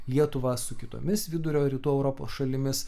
lietuvą su kitomis vidurio rytų europos šalimis